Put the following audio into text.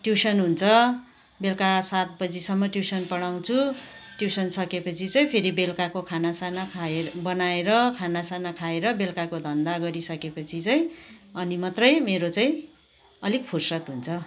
tuition हुन्छ बेलुका सात बजीसम्म ट्युसन पढाउँछु ट्युसन सकेपछि चाहिँ फेरि बेलुकाको खाना साना खाए बनाएर खाना साना खाएर बेलुकाको धन्दा गरिसकेपछि चाहिँ अनि मात्रै मेरो चाहिँ अलिक फुर्सद हुन्छ